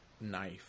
knife